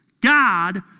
God